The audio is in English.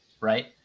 right